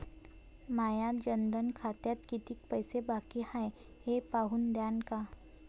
माया जनधन खात्यात कितीक पैसे बाकी हाय हे पाहून द्यान का?